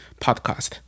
podcast